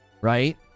Right